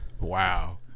Wow